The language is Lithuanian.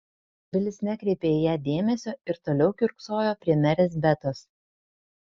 bilis nekreipė į ją dėmesio ir toliau kiurksojo prie merės betos